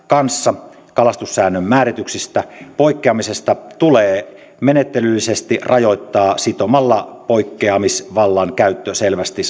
kanssa kalastussäännön määräyksistä poikkeamisesta tulee menettelyllisesti rajoittaa sitomalla poikkeamisvallan käyttö selvästi